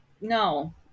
no